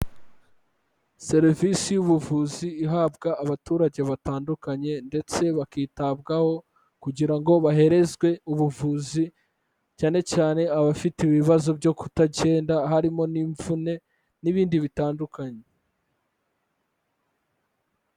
Serivisi y'ubuvuzi ihabwa abaturage batandukanye ndetse bakitabwaho, kugira ngo baherezwe ubuvuzi, cyane cyane abafite ibibazo byo kutagenda, harimo n'imvune n'ibindi bitandukanye.